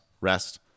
rest